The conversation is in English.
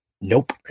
nope